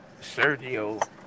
Sergio